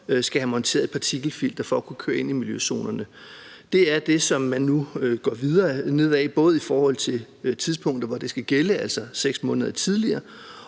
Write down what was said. skulle have monteret et partikelfilter for at kunne køre ind i miljøzonerne. Det er så den vej, man nu går videre ned ad, både i forhold til tidspunktet, hvor det skal gælde, altså 6 måneder tidligere,